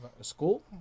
school